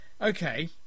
Okay